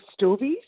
Stovies